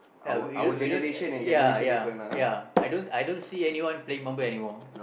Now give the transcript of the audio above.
ya we don't we don't ya ya ya I don't I don't see anyone playing marble anymore